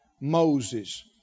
Moses